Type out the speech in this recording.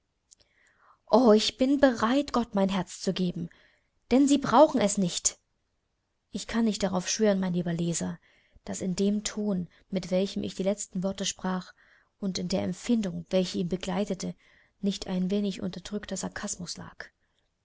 ich bin bereit gott mein herz zu geben denn sie brauchen es nicht ich kann nicht darauf schwören mein lieber leser daß in dem ton mit welchem ich die letzten worte sprach und in der empfindung welche ihn begleitete nicht ein wenig unterdrückter sarkasmus lag